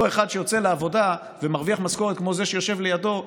אותו אחד שיוצא לעבודה ומרוויח משכורת כמו זה שיושב לידו,